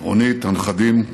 רונית, הנכדים,